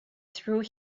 threw